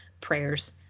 prayers